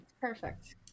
Perfect